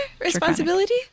Responsibility